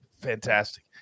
fantastic